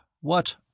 What